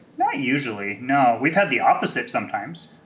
not usually, no. we've had the opposite sometimes.